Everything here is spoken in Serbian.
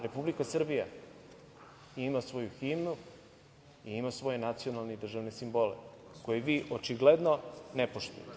Republika Srbija ima svoju himnu i ima svoje nacionalne i državne simbole koje vi očigledno ne poštujete.